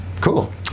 cool